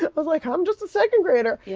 but was like, i'm just a second-grader. yeah